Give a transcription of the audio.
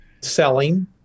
selling